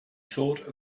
thought